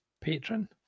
patron